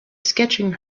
sketching